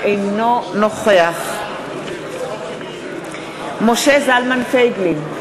אינו נוכח משה זלמן פייגלין,